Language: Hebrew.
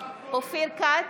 אופיר כץ,